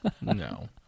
no